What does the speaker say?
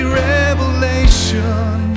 revelation